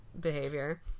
behavior